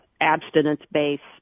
abstinence-based